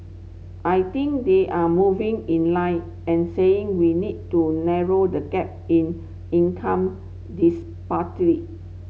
I think they are moving in line and saying we need to narrow the gap in income